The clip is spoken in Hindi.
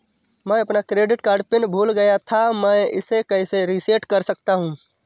मैं अपना क्रेडिट कार्ड पिन भूल गया था मैं इसे कैसे रीसेट कर सकता हूँ?